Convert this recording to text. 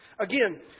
Again